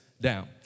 down